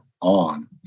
on